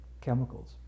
chemicals